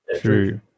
True